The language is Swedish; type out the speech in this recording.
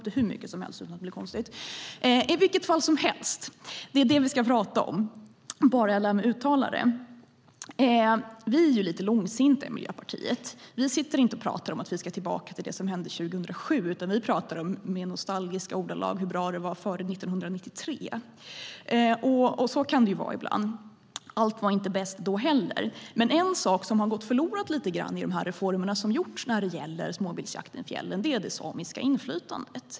Det är den vi ska prata om. Vi är ju lite långsinta i Miljöpartiet. Vi pratar inte om att vi ska tillbaka till det som hände 2007. Vi pratar i mer nostalgiska ordalag om hur bra det var före 1993. Så kan det ju vara ibland. Allt var inte bäst då heller, men en sak som har gått förlorad lite grann i de reformer som har gjorts när det gäller småviltsjakten i fjällen är det samiska inflytandet.